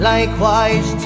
Likewise